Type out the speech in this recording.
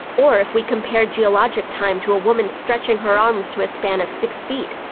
or if we compared geologic time to a woman stretching her arms to a span of six feet,